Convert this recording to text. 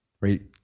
Right